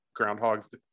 groundhogs